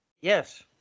Yes